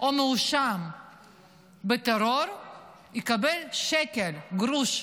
או מואשם בטרור יקבל שקל, גרוש,